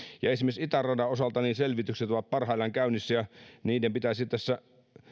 esimerkiksi itäradan osalta selvitykset ovat parhaillaan käynnissä ja esimerkiksi itäradan tilanteen pitäisi tässä